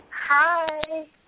Hi